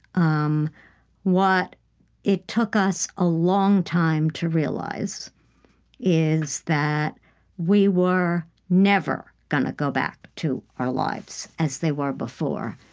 um what it took us a long time to realize is that we were never going to go back to our lives as they were before,